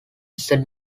sir